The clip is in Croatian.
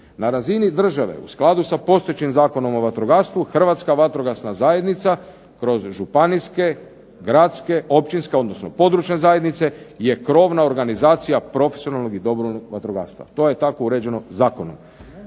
Na razini države, u skladu sa postojećem zakonom o vatrogastvu Hrvatska vatrogasna zajednica kroz županijske, gradske, općinske odnosno područne zajednice je krovna organizacija profesionalnog i dobrovoljnog vatrogastva, to je tako uređeno Zakonom.